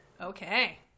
Okay